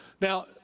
Now